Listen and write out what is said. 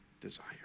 desire